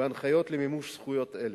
והנחיות למימוש זכויות אלה.